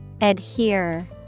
Adhere